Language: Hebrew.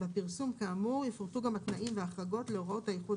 בפרסום כאמור יפורטו גם התנאים וההחרגות להוראות האיחוד